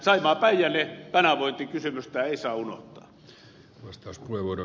saimaapäijänne kanavointikysymystä ei saa unohtaa